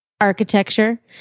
architecture